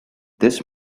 this